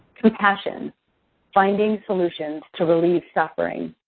compassion finding solutions to relieve suffering.